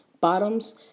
bottoms